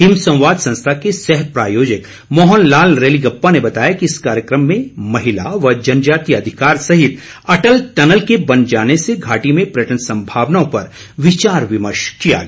हिमसंवाद संस्था के सहप्रायोजक मोहन लाल रेलिंगपा ने बताया कि इस कार्यक्रम में महिला व जनजातीय अधिकार सहित अटल टनल के बन जाने से घाटी में पर्यटन संभावनाओं पर विचार विमर्श किया गया